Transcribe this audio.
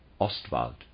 Ostwald